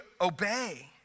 obey